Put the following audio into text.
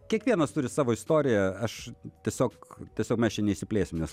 kiekvienas turi savo istoriją aš tiesiog tiesiog mes čia neišsiplėsim nes